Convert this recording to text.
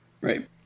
Right